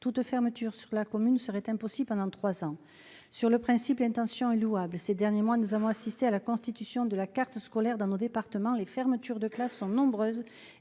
toute fermeture sur la commune serait impossible pendant trois ans. Sur le principe, l'intention est louable. Ces derniers mois, nous avons assisté à la constitution de la carte scolaire dans nos départements : les fermetures de classes sont nombreuses